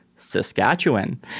saskatchewan